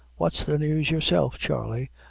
what's the news yourself, charley?